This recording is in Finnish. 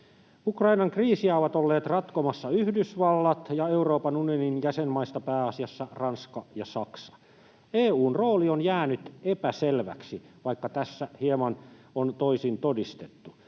Ukrainan kriisiä ovat olleet ratkomassa Yhdysvallat ja Euroopan unionin jäsenmaista pääasiassa Ranska ja Saksa. EU:n rooli on jäänyt epäselväksi, vaikka tässä hieman on toisin todistettu.